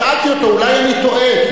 שאלתי אותו: אולי אני טועה,